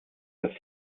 das